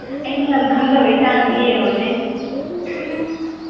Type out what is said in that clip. ꯑꯩꯅ ꯂꯝ ꯈꯪꯗꯕꯒꯤ ꯆꯥꯡꯁꯦ ꯌꯦꯡꯉꯨꯅꯦ